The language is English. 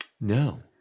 No